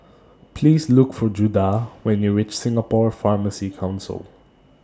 Please Look For Judah when YOU REACH Singapore Pharmacy Council